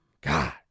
God